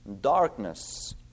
darkness